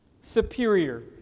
superior